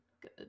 good